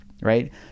Right